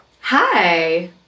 Hi